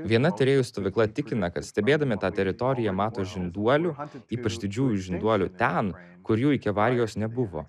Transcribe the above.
viena tyrėjų stovykla tikina kad stebėdami tą teritoriją mato žinduolių ypač didžiųjų žinduolių ten kur jų iki avarijos nebuvo